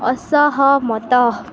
ଅସହମତ